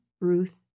Ruth